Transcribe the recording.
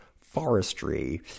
forestry